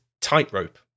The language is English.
tightrope